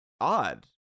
Odd